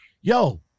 Yo